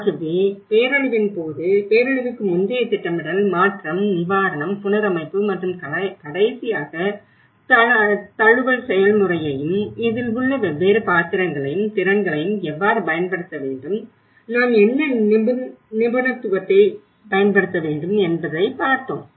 ஆகவே பேரழிவின் போது பேரழிவுக்கு முந்தைய திட்டமிடல் மாற்றம் நிவாரணம் புனரமைப்பு மற்றும் கடைசியாக தழுவல் செயல்முறையையும் இதில் உள்ள வெவ்வேறு பாத்திரங்களையும் திறன்களையும் எவ்வாறு பயன்படுத்த வேண்டும் நாம் என்ன நிபுணத்துவத்தைப் பயன்படுத்த வேண்டும் என்பதை பார்த்தோம்